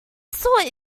sought